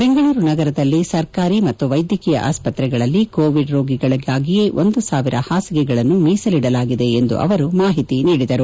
ಬೆಂಗಳೂರು ನಗರದಲ್ಲಿ ಸರ್ಕಾರಿ ಮತ್ತು ವೈದ್ಯಕೀಯ ಆಸ್ಪತ್ರೆಗಳಲ್ಲಿ ಕೋವಿಡ್ ರೋಗಿಗಳಿಗಾಗಿಯೇ ಒಂದು ಸಾವಿರ ಹಾಸಿಗೆಗಳನ್ನು ಮೀಸಲಿಡಲಾಗಿದೆ ಎಂದು ಮಾಹಿತಿ ನೀಡಿದರು